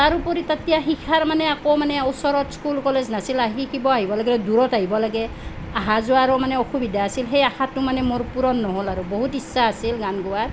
তাৰ উপৰি তেতিয়া শিক্ষাৰ মানে একো মানে ওচৰত স্কুল কলেজ নাছিল শিকিব আহিব লাগিলে দূৰত আহিব লাগে অহা যোৱাৰো মানে অসুবিধা আছিল সেই আশাটো মানে মোৰ পূৰণ নহ'ল আৰু বহুত ইচ্ছা আছিল গান গোৱাৰ